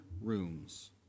rooms